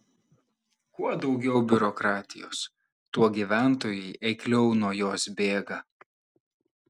kuo daugiau biurokratijos tuo gyventojai eikliau nuo jos bėga